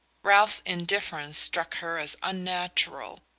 ralph's indifference struck her as unnatural.